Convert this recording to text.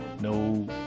no